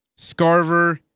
Scarver